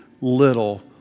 little